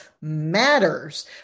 matters